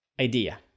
idea